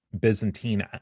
Byzantine